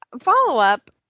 Follow-up